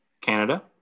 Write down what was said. Canada